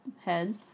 head